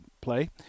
play